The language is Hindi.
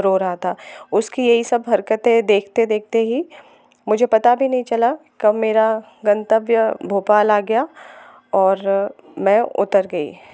रो रहा था उसकी ये सब हरकतें देखते देखते ही मुझे पता भी नहीं चला कब मेरा गंतव्य भोपाल आ गया और मैं उतर गई